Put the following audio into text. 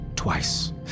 Twice